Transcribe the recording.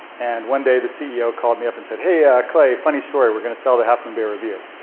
and one day, the ceo called me up and said, hey yeah clay, funny story, we're gonna sell the half moon bay review.